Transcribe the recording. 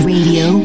Radio